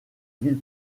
ville